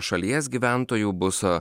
šalies gyventojų bus